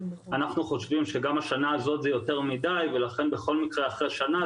אנחנו חושבים שגם השנה הזאת זה יותר מדי ולכן בכל מקרה אחרי שנה,